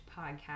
podcast